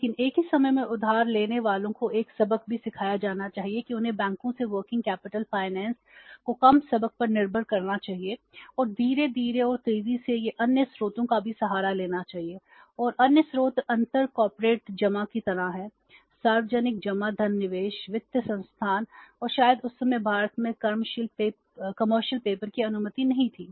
लेकिन एक ही समय में उधार लेने वालों को एक सबक भी सिखाया जाना चाहिए कि उन्हें बैंकों से वर्किंग कैपिटल फाइनेंस की अनुमति नहीं थी